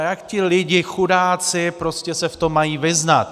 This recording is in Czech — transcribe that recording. Jak ty lidi, chudáci, prostě se v tom mají vyznat?